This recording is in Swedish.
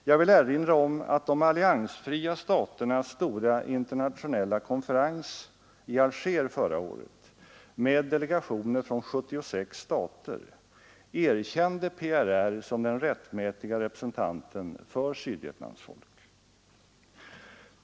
Jag vill erinra om att de alliansfria staternas stora internationella konferens i Alger förra året med delegationer från 76 stater erkände PRR som den rättmätiga representanten för Sydvietnams folk.